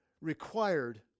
required